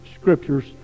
Scriptures